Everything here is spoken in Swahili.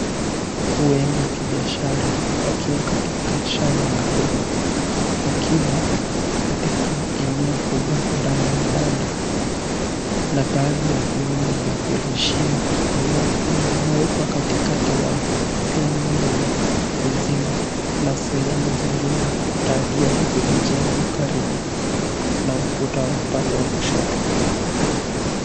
Kuku wengi wa kibiashara wakiwa katika shamba la kuku. Wakiwa katika eneo kubwa ndani ya banda na baadhi ya vyombo vya kulishia, kunywewa vimewekwa katikati yao. Pia miundo ya kizimba na sehemu nyingine za kutagia zimejengwa karibu na ukuta upande wa kushoto.